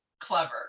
clever